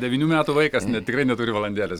devynių metų vaikas ne tikrai neturi valandėlės